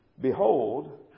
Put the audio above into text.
Behold